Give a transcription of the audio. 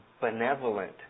benevolent